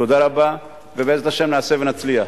תודה רבה, ובעזרת השם נעשה ונצליח.